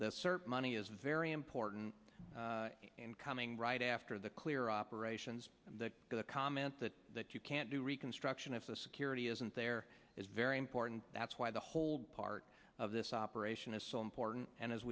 surge money is very important in coming right after the clear operations that the comment that that you can't do reconstruction if the security isn't there is very important that's why the whole part of this operation is so important and as